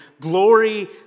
glory